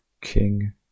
King